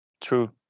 true